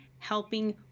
helping